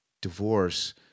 divorce